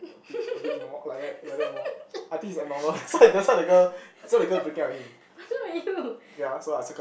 what's wrong with you